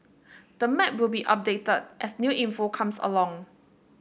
the map will be updated as new info comes along